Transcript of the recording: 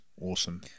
awesome